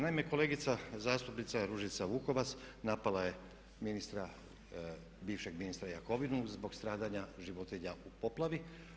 Naime, kolegica zastupnica Ružica Vukovac napala je ministra, bivšeg ministra Jakovinu zbog stradanja životinja u poplavi.